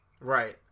Right